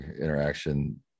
interaction